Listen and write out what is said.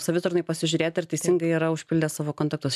savitarnoj pasižiūrėti ar teisingai yra užpildę savo kontaktus